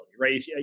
right